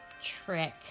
trick